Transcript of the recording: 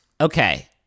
Okay